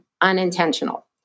unintentional